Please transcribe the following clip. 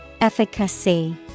Efficacy